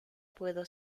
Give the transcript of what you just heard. puedo